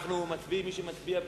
מי שמצביע בעד,